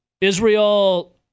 Israel